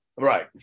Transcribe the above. Right